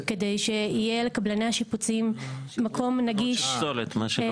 כדי שיהיה לקבלני השיפוצים מקום נגיש לשפוך את הפסולת לשיפוצים.